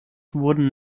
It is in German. wurden